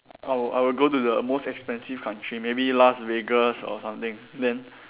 I will I will go to the most expensive country maybe Las-Vegas or something then